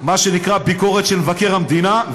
מה שנקרא ביקורת של מבקר המדינה,